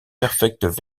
perfect